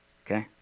okay